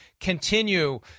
continue